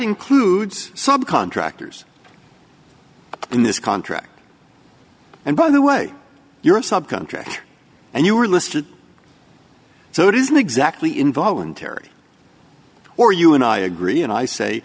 includes sub contractors in this contract and by the way you're a subcontractor and you were listed so it isn't exactly involuntary or you and i agree and i say